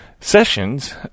sessions